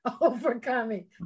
overcoming